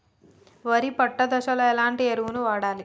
వరి పొట్ట దశలో ఎలాంటి ఎరువును వాడాలి?